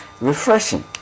refreshing